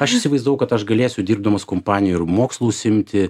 aš įsivaizdavau kad aš galėsiu dirbdamas kompanijoj ir mokslu užsiimti